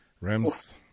Rams